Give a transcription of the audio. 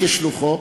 כשלוחו,